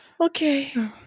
Okay